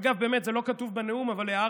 אגב, זה לא כתוב בנאום, אבל כבר הערת,